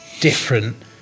different